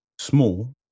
small